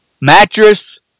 Mattress